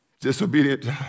disobedient